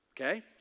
okay